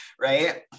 Right